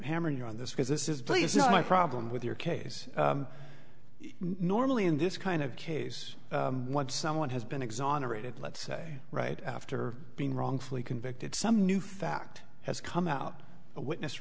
hammering you on this because this is please not my problem with your case normally in this kind of case once someone has been exonerated let's say right after being wrongfully convicted some new fact has come out a witness